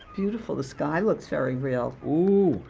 beautiful. the sky looks very real. ooh.